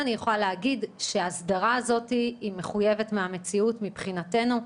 אני כן יכולה להגיד שההסדרה הזאת היא מחויבת המציאות מבחינתנו.